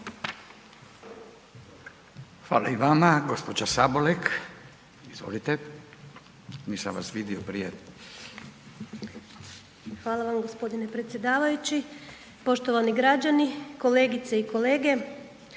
Hvala i vama. Gospođa Sabolek, izvolite. **Sabolek, Snježana (Živi zid)** Hvala vam gospodine predsjedavajući. Poštovani građani, kolegice i kolege.